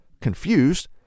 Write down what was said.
Confused